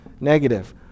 negative